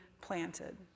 planted